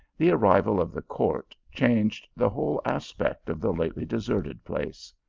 the arrival of the court changed the whole aspect of the lately deserted place.